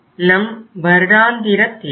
இது நம் வருடாந்திர தேவை